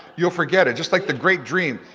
you'll forget it. just like the great dream,